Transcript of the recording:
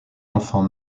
enfant